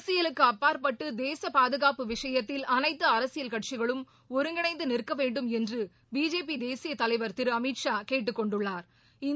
அரசியலுக்கு அப்பாற்பட்டு தேச பாதுகாப்பு விஷயத்தில் அனைத்து அரசியல் கட்சிகளும் ஒருங்கிணைந்து நிற்க வேண்டும் என்று பிஜேபி தேசியத் தலைவா் திரு அமித் ஷா கேட்டுக் கொண்டுள்ளாா்